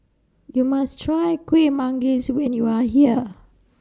YOU must Try Kueh Manggis when YOU Are here